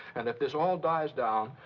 and if this all dies down,